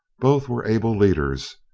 both were able leaders,